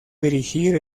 dirigir